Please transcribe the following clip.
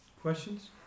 Questions